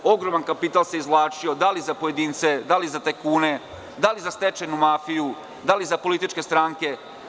Ogroman kapital se izvlačio, bilo za pojedince, bilo za tajkune, bilo za stečajnu mafiju, političke stranke.